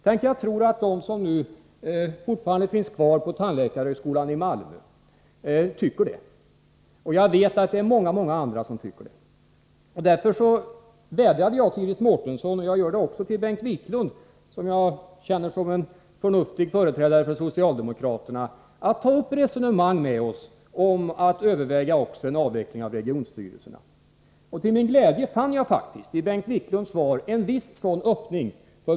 Tänk, jag tror att de som nu fortfarande finns kvar på tandläkarhögskolan i Malmö tycker det, och jag vet att det är många, många andra som tycker det. Därför vädjade jag till Iris Mårtensson — och jag gör det också till Bengt Wiklund, som jag känner som en förnuftig företrädare för socialdemokraterna — att ta upp resonemang med oss om att överväga också en avveckling av regionstyrelserna. Och till min glädje fann jag i Bengt Wiklunds svar en viss sådan öppning.